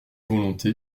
volonté